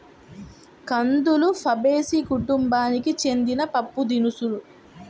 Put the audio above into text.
కందులు ఫాబేసి కుటుంబానికి చెందిన పప్పుదినుసు